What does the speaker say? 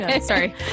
Sorry